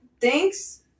thanks